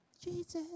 Jesus